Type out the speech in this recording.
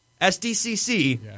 SDCC